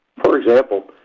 for example,